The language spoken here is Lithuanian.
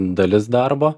dalis darbo